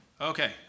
Okay